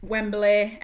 Wembley